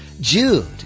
Jude